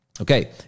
Okay